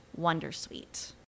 wondersuite